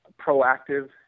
proactive